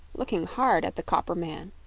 looking hard at the copper man.